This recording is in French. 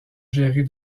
gérée